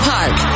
Park